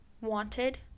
wanted